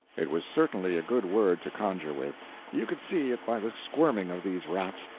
it was certainly a good word to conjure with you could see it by the squirming of these rats.